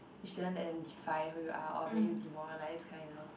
you shouldn't let them define who you are or maybe demoralise kind you know